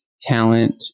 talent